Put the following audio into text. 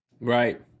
Right